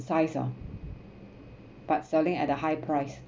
size ah but selling at a high price